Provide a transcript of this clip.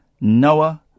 Noah